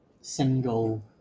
single